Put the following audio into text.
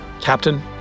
Captain